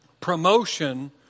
Promotion